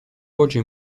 voce